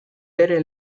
bere